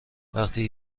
وقتی